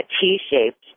T-shaped